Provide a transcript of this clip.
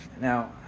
now